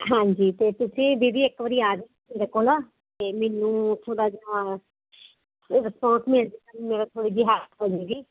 ਹਾਂਜੀ ਅਤੇ ਤੁਸੀਂ ਦੀਦੀ ਇੱਕ ਵਾਰ ਆ ਜਿਓ ਮੇਰੇ ਕੋਲ ਅਤੇ ਮੈਨੂੰ ਉੱਥੋਂ ਦਾ ਜਿਹੜਾ ਰਿਸਪੋਂਸ ਮਿਲ ਜਾਏਗਾ ਮੇਰੀ ਥੋੜ੍ਹੀ ਜਿਹੀ ਹੈਲਪ ਹੋ ਜਾਏਗੀ